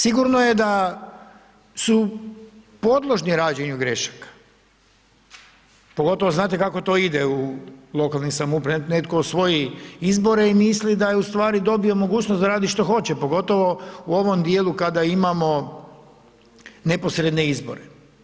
Sigurno je da su podložni rađenju grešaka, pogotovo znate kako to ide u lokalnim samoupravama, netko osvoji izbore i misli da je ustvari dobio mogućnost da radi što hoće, pogotovo u ovom dijelu kada imamo neposredne izbore.